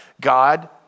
God